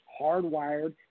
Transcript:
hardwired